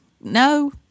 no